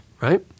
Right